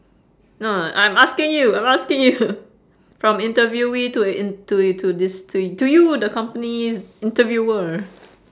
no I'm asking you I'm asking you from interviewee to a inte~ to a to this to to you the company's interviewer